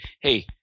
hey